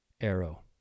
arrow